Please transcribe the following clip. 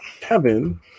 Kevin